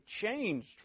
changed